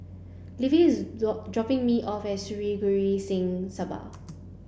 Levi is dropping me off at Sri Guru Singh Sabha